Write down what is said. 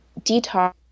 detox